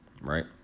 right